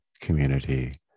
community